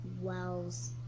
wells